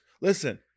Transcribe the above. listen